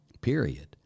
period